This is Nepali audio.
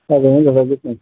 हजुर हुन्छ बाइ गुड नाइट